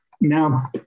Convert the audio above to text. Now